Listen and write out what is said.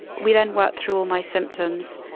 we then worked through all my symptoms,